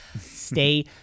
stay